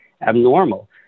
abnormal